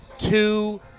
Two